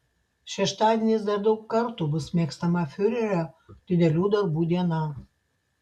šeštadienis dar daug kartų bus mėgstama fiurerio didelių darbų diena